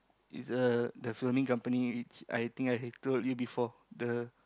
is a the filming company I think I told you before the